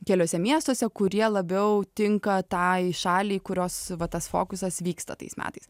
keliuose miestuose kurie labiau tinka tai šaliai kurios va tas fokusas vyksta tais metais